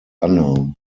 unknown